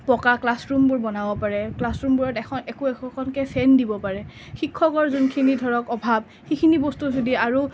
পকা ক্লাছৰুমবোৰ বনাব পাৰে ক্লাছৰুমবোৰত এখ একো একোখনকে ফেন দিব পাৰে শিক্ষকৰ যোনখিনি ধৰক অভাৱ সেইখিনি বস্তু যদি আৰু